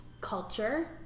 culture